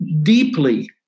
deeply